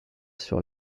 sur